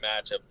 matchup